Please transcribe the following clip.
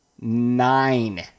nine